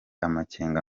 amakenga